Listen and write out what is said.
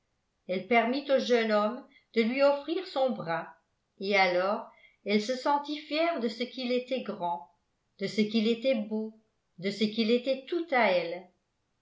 elle permit au jeune homme de lui offrir son bras et alors elle se sentit fière de ce qu'il était grand de ce qu'il était beau de ce qu'il était tout à elle